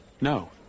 No